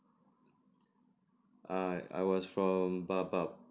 err I was from baobab